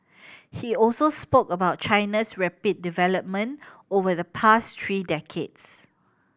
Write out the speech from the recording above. he also spoke about China's rapid development over the past three decades